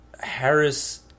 Harris